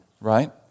right